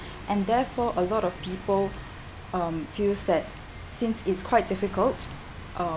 and therefore a lot of people um feels that since it's quite difficult um